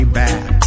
back